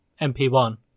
MP1